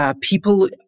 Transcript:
People